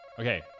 Okay